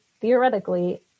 theoretically